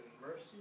mercy